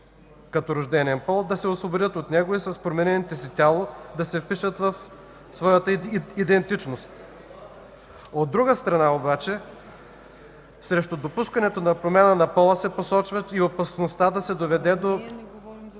като рожден пол, да се освободят от него и с промененото си тяло да се впишат в своята идентичност. От друга страна, обаче срещу допускането на промяна на пола се посочва и опасността да се доведе до